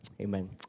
Amen